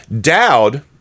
Dowd